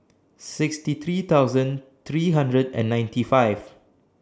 sixty three thousand three hundred and ninety five